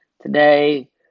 today